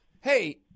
hey